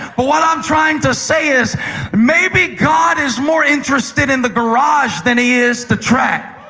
but what i'm trying to say is maybe god is more interested in the garage than he is the track.